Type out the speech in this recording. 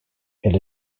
had